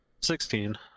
Sixteen